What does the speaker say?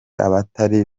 abatari